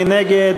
מי נגד?